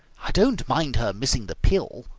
i don't mind her missing the pill,